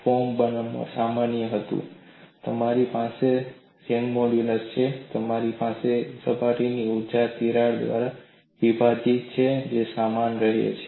form સમાન રહ્યું તમારી પાસે યંગનું મોડ્યુલસ છે તમારી પાસે સપાટીની ઊર્જા તિરાડ દ્વારા વિભાજિત છે જે સમાન રહે છે